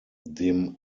dem